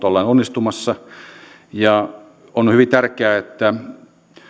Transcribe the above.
ollaan onnistumassa on hyvin tärkeää että